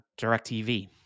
DirecTV